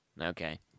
Okay